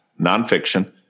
nonfiction